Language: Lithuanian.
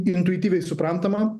intuityviai suprantama